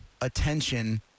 attention